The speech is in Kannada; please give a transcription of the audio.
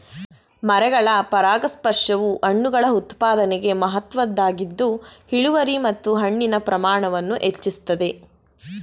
ಮರಗಳ ಪರಾಗಸ್ಪರ್ಶವು ಹಣ್ಣುಗಳ ಉತ್ಪಾದನೆಗೆ ಮಹತ್ವದ್ದಾಗಿದ್ದು ಇಳುವರಿ ಮತ್ತು ಹಣ್ಣಿನ ಪ್ರಮಾಣವನ್ನು ಹೆಚ್ಚಿಸ್ತದೆ